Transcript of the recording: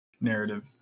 narrative